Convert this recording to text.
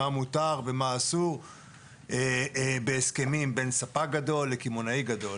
מה מותר ומה אסור בהסכמים בין ספק גדול לקמעונאי גדול.